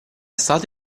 stato